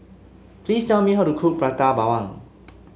please tell me how to cook Prata Bawang